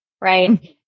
right